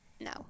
No